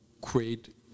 create